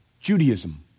Judaism